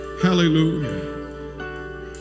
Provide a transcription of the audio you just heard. Hallelujah